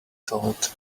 told